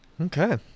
Okay